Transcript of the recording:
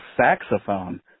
saxophone